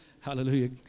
hallelujah